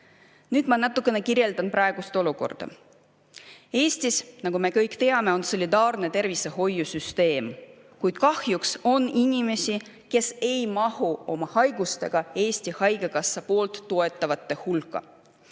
Nüüd ma natuke kirjeldan praegust olukorda. Eestis, nagu me kõik teame, on solidaarne tervishoiusüsteem, kuid kahjuks on inimesi, kes ei mahu oma haigustega Eesti Haigekassa toetatavate hulka.